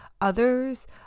others